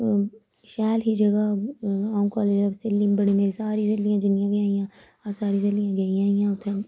शैल ही जगह अ'ऊं कालेज इक स्हेली बनी मेरी सारी स्हेली जिन्नियां बी ऐ हियां अस सारियां स्हेलियां गेइयां ही उत्थें